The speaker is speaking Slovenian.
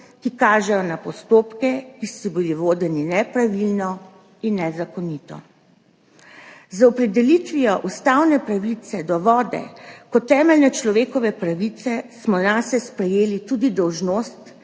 ki kažejo na postopke, ki so bili vodeni nepravilno in nezakonito. Z opredelitvijo ustavne pravice do vode kot temeljne človekove pravice smo nase sprejeli tudi dolžnost